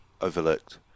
...overlooked